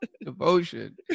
Devotion